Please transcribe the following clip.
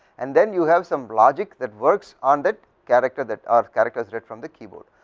and then you have some logic that works on that character that are character rate from the keyboard.